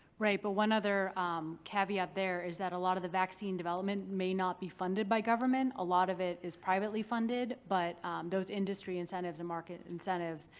right, but one other caveat there is that a lot of the vaccine development may not be funded by government. a lot of it is privately funded, but those industry incentives and market incentives,